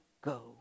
go